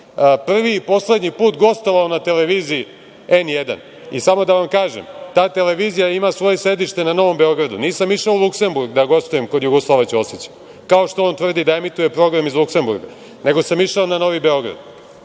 prvi i poslednji put gostovao na televiziji N1. Samo da vam kažem, ta televizija ima svoje sedište na Novom Beogradu. Nisam išao u Luksemburg da gostujem kod Jugoslava Ćosića, kao što on tvrdi da emituje program iz Luksemburga, nego sam išao na Novi Beograd. Koliko